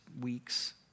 weeks